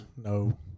No